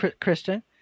Kristen